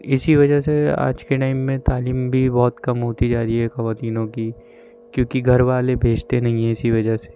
اسی وجہ سے آج کے ٹائم میں تعلیم بھی بہت کم ہوتی جا رہی ہے خواتینوں کی کیونکہ گھر والے بھیجتے نہیں ہیں اسی وجہ سے